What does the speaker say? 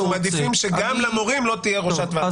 אנחנו מעדיפים שגם למורים לא תהיה ראשת ועד כזאת.